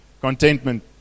contentment